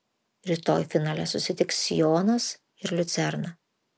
rytoj finale susitiks sionas ir liucerna